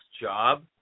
job